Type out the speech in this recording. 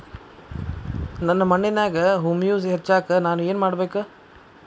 ನನ್ನ ಮಣ್ಣಿನ್ಯಾಗ್ ಹುಮ್ಯೂಸ್ ಹೆಚ್ಚಾಕ್ ನಾನ್ ಏನು ಮಾಡ್ಬೇಕ್?